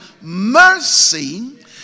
mercy